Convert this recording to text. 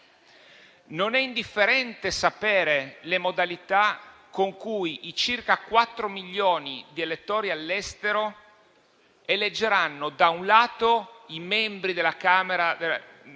Non è indifferente sapere le modalità con cui i circa quattro milioni di elettori all'estero eleggeranno, da un lato, i membri della Camera